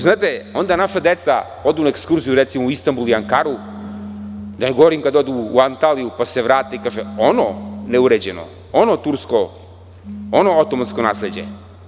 Znate, onda naša deca odu na ekskurziju recimo u Istanbul ili Ankaru, da ne govorim kada odu u Antaliju pa se vrate i kažu – ono neuređeno, ono tursko, ono Otomansko nasleđe?